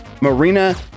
Marina